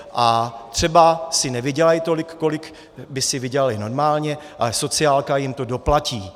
A třeba si nevydělají tolik, kolik by si vydělaly normálně, ale sociálka jim to doplatí.